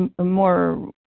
more